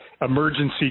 emergency